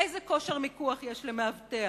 איזה כושר מיקוח יש למאבטח?